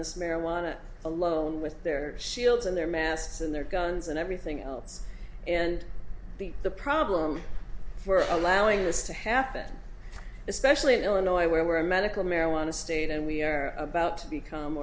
this marijuana alone with their shields and their masks and their guns and everything else and the the problem for allowing this to happen especially in illinois where a medical marijuana state and we are